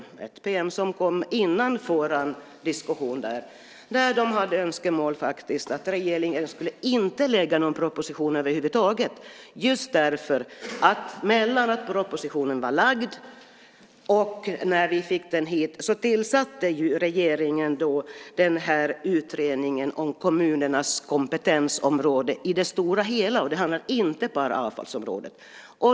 I ett pm som kom före vår diskussion framförde de önskemålet att regeringen inte skulle lägga fram någon proposition över huvud taget, just därför att regeringen efter det att propositionen var framlagd men innan vi fick den hit tillsatte den här utredningen om kommunernas kompetensområde i det stora hela, alltså inte bara avfallsområdet.